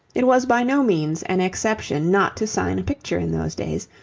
it was by no means an exception not to sign a picture in those days,